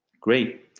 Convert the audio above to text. Great